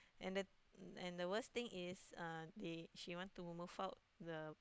and that and the worst thing is uh they she want to move out the